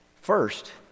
First